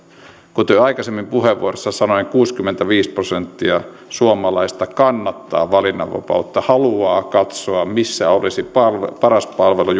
kuten jo aikaisemmin puheenvuorossa sanoin kuusikymmentäviisi prosenttia suomalaisista kannattaa valinnanvapautta haluaa katsoa missä olisi paras palvelu